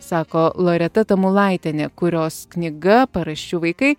sako loreta tamulaitienė kurios knyga paraščių vaikai